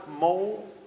mold